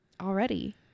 Already